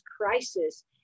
crisis